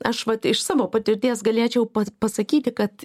aš vat iš savo patirties galėčiau pasakyti kad